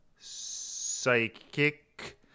Psychic